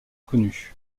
connus